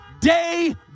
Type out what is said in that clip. day